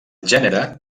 gènere